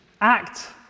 act